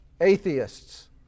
atheists